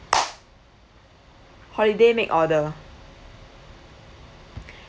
holiday make order